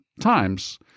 times